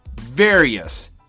Various